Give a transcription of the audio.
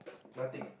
nothing